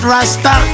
Rasta